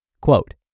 Quote